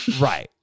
Right